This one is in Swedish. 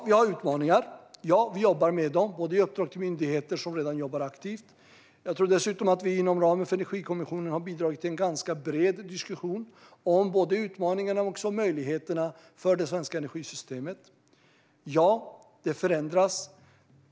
Vi har utmaningar, och vi jobbar med dem, till exempel genom uppdrag till myndigheter som redan jobbar aktivt. Jag tror dessutom att vi inom ramen för Energikommissionen har bidragit till en ganska bred diskussion både om utmaningarna och om möjligheterna för det svenska energisystemet. Energisystemet förändras.